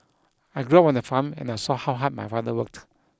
I grew on a farm and I saw how hard my father worked